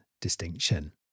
distinction